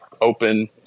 open